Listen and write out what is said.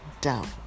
down